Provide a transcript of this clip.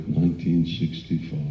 1965